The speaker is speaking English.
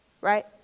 Right